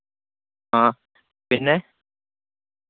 ആ പിന്നെ